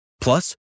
Plus